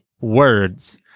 words